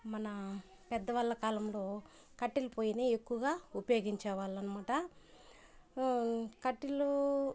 మన పెద్ద వాళ్ళ కాలంలో కట్టెలు పొయ్యినే ఎక్కువగా ఉపయోగించేవాళ్ళనమాట కట్టెలు